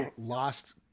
lost